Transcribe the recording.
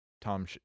tom